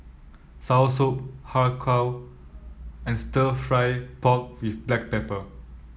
soursop Har Kow and stir fry pork with Black Pepper